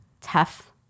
tough